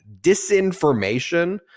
disinformation